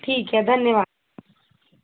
ठीक है धन्यवाद